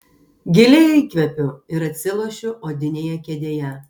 giliai įkvepiu ir atsilošiu odinėje kėdėje